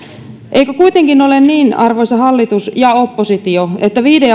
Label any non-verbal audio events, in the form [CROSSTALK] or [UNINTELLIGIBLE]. eikö kuitenkin ole niin arvoisa hallitus ja oppositio että viiden [UNINTELLIGIBLE]